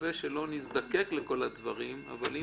ונקווה שלא נזדקק לדברים האלה.